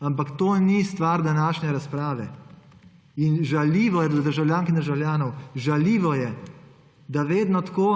državljank in državljanov, žaljivo je, da vedno tako